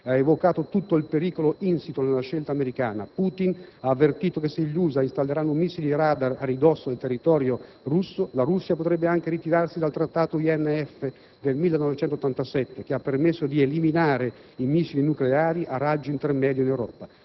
ha evocato tutto il pericolo insito nella scelta americana: Putin ha avvertito che se gli Usa installeranno missili e radar a ridosso del territorio russo, la Russia potrebbe anche ritirarsi dal Trattato INF del 1987, che ha permesso di eliminare i missili nucleari a raggio intermedio in Europa.